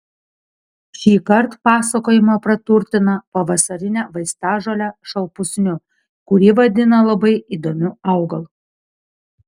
šįkart pasakojimą praturtina pavasarine vaistažole šalpusniu kurį vadina labai įdomiu augalu